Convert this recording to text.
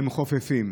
הם חופפים.